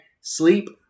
sleep